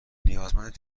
نیازمند